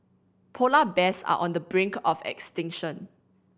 polar bears are on the brink of extinction